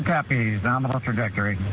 api nominal trajectory.